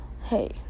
hey